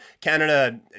Canada